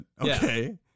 Okay